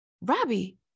Robbie